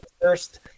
first